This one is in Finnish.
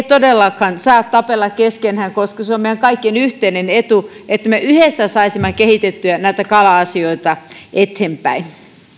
todellakaan saa tapella keskenään koska se olisi meidän kaikkien yhteinen etu että me yhdessä saisimme kehitettyä näitä kala asioita eteenpäin